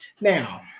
Now